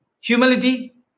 Humility